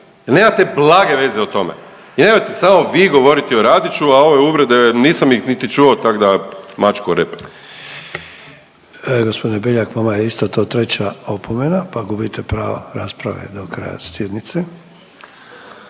nemate blage veze o tome. I nemojte samo vi govoriti o Radića, a one uvrede, nisam ih niti čuo, tak da mačku o rep. **Sanader, Ante (HDZ)** G. Beljak, vama je isto to treća opomena pa gubite pravo rasprave do kraja sjednice.